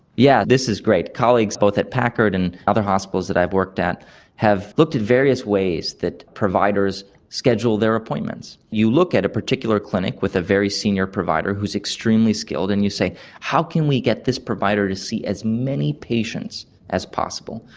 yeah this is great. colleagues both at packard and other hospitals that i've worked at have looked at various ways that providers scheduled their appointments. you look at a particular clinic with a very senior provider is extremely skilled and you say how can we get this provider to see as many patients as possible,